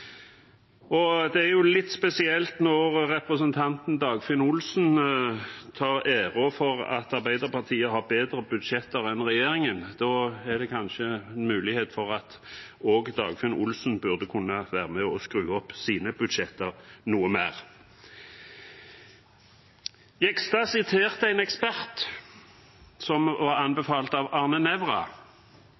Det er litt spesielt når representanten Dagfinn Olsen tar æren for at Arbeiderpartiet har bedre budsjetter enn regjeringen. Da burde det kanskje være en mulighet for at Dagfinn Olsen kunne være med og skru opp sine budsjetter noe mer. Jegstad siterte en ekspert, som var anbefalt av Arne Nævra,